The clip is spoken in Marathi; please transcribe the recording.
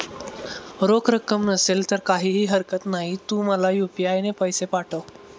रोख रक्कम नसेल तर काहीही हरकत नाही, तू मला यू.पी.आय ने पैसे पाठव